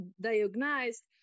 diagnosed